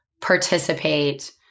participate